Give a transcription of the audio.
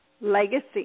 legacy